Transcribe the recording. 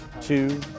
two